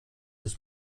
des